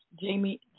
Jamie